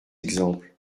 exemples